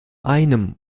einem